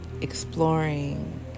exploring